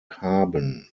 haben